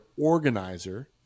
organizer